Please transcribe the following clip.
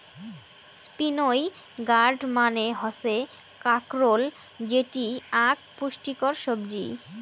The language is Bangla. স্পিনই গার্ড মানে হসে কাঁকরোল যেটি আক পুষ্টিকর সবজি